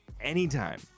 anytime